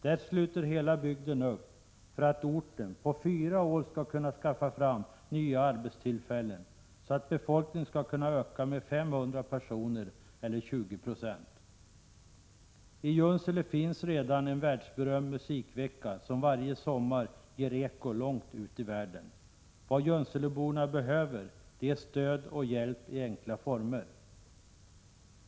Där sluter hela bygden upp för att orten på fyra år skall kunna skaffa fram så många nya arbetstillfällen att befolkningen kan öka med 500 personer eller 20 20. Junsele har redan en världsberömd musikvecka, som varje sommar ger eko långt ut i världen. Vad junseleborna behöver är stöd och hjälp i enkla former.